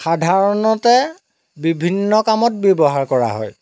সাধাৰণতে বিভিন্ন কামত ব্যৱহাৰ কৰোঁ